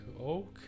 Okay